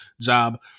job